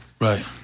right